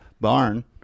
barn